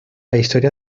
historia